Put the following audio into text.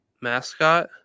mascot